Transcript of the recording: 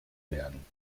werden